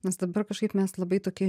nes dabar kažkaip mes labai tokie